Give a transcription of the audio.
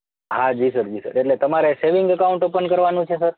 હા જી સર જી સર એટલે તમારે સેવિંગ અકાઉન્ટ ઓપન કરવાનું છે સર